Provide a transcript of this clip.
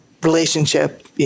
relationship